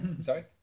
Sorry